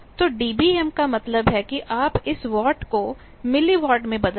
तो dBm का मतलब है कि आप इस वाट को मिलीवाट में बदल दें